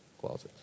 closets